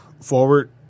forward